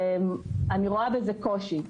אני רואה בזה קושי.